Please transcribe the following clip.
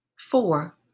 four